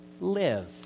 live